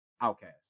Outcast